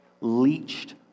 leached